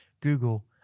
Google